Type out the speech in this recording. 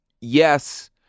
Yes